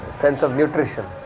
sense of nutrition.